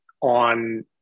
on